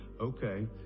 okay